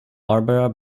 barbara